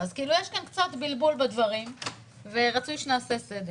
יש כאן קצת בלבול בדברים ורצוי שנעשה סדר.